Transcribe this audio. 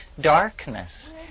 darkness